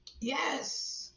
Yes